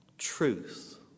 Truth